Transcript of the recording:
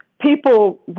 people